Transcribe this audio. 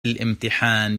الإمتحان